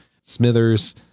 Smithers